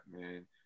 man